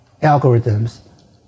algorithms